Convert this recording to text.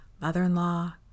mother-in-law